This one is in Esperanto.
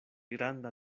granda